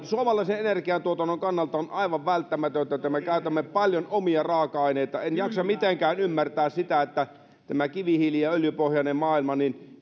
suomalaisen energiantuotannon kannalta on aivan välttämätöntä että me käytämme paljon omia raaka aineita en jaksa mitenkään ymmärtää sitä että tämä kivihiili ja öljypohjainen maailma